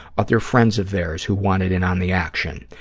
other friends of theirs who wanted in on the action.